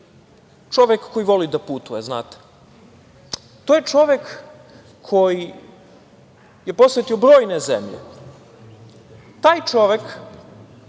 čovek koji voli da putuje, znate. To je čovek koji je posetio brojne zemlje. Taj čovek